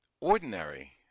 ordinary